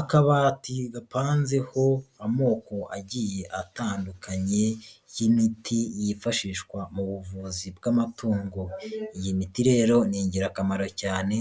Akabati gapanzeho amoko agiye atandukanye y'imiti yifashishwa mu buvuzi bw'amatungo, iyi miti rero ni ingirakamaro cyane,